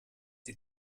die